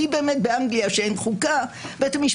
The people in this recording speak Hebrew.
אני אשתדל מאוד לא להגביל את המומחים בזמני